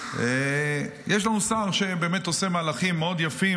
יש לנו שר שעושה מהלכים מאוד יפים,